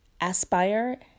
aspire